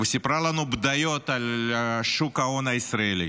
וסיפרה לנו בדיות על שוק ההון הישראלי,